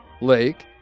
Lake